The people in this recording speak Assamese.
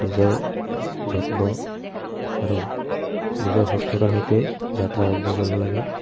নিজৰ যত্ন আৰু নিজৰ সুস্থতাৰ সৈতে যাত্ৰা আৰম্ভ কৰিব লাগে